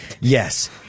Yes